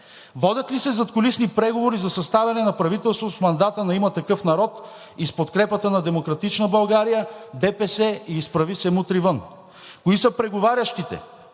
водят ли се задкулисни преговори за съставяне на правителство с мандата на „Има такъв народ“ и с подкрепата на „Демократична България“, ДПС и „Изправи се! Мутри вън!“; кои са преговарящите;